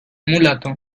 mulato